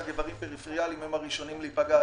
איברים פריפריאליים הם הראשונים להיפגע.